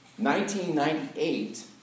1998